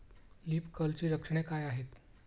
Leaf कर्लची लक्षणे काय आहेत?